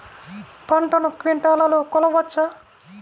పంటను క్వింటాల్లలో కొలవచ్చా?